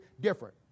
different